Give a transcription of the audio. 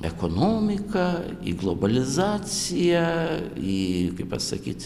ekonomiką į globalizaciją į kaip pasakyt